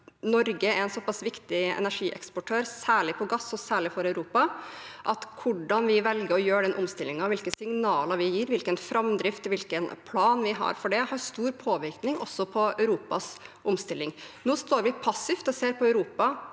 Norge er en såpass viktig energieksportør, særlig på gass og særlig for Europa, at hvordan vi velger å gjøre den omstillingen – hvilke signaler vi gir, hvilken framdrift og hvilken plan vi har for det – har stor påvirkning også på Europas omstilling. Nå står vi passivt og ser på Europa